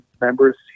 members